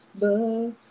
love